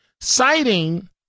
citing